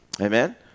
Amen